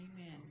Amen